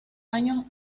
años